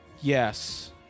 Yes